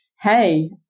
Hey